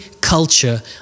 culture